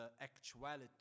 actuality